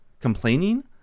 complaining